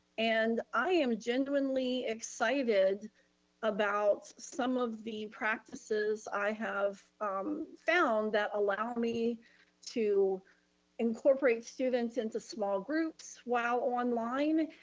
and i am genuinely excited about some of the practices i have found that allow me to incorporate students into small groups while online.